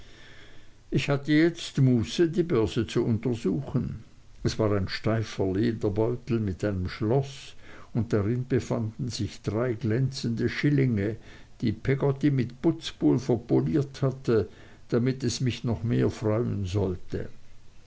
ich hatte jetzt muße die börse zu untersuchen es war ein steifer lederbeutel mit einem schloß und drin befanden sich drei glänzende schillinge die peggotty mit putzpulver poliert hatte damit es mich noch mehr freuen sollte